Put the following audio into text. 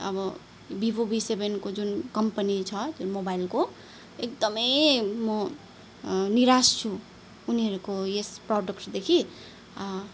अब भिभो भी सेभेनको जुन कम्पनी छ त्यो मोबाइलको एकदमै म निराश छु उनीहरूको यस प्रोडक्टदेखि